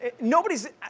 Nobody's